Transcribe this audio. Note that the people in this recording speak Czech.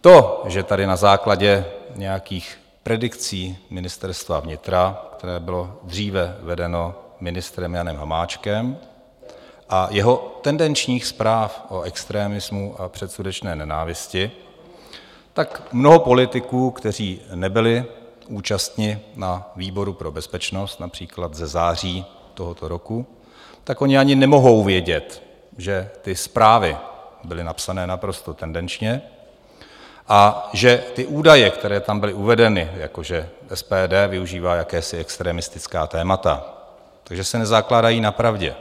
To, že tady na základě nějakých predikcí Ministerstva vnitra, které bylo dříve vedeno ministrem Janem Hamáčkem, a jeho tendenčních zpráv o extremismu a předsudečné nenávisti, tak mnoho politiků, kteří nebyli účastni na výboru pro bezpečnost, například ze září tohoto roku, tak oni ani nemohou vědět, že ty zprávy byly napsané naprosto tendenčně a že ty údaje, které tam byly uvedeny, jako že SPD využívá jakási extremistická témata, se nezakládají na pravdě.